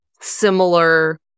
similar